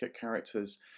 characters